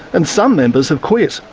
and some members have quit.